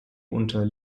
unter